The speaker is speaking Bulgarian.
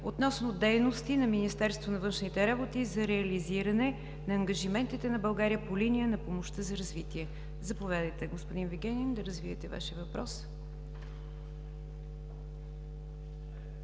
относно дейности на Министерството на външните работи за реализиране на ангажиментите на България по линия на помощта за развитие. Заповядайте, господин Вигенин, да развиете Вашия въпрос.